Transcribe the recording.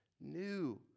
new